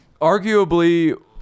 arguably